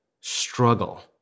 struggle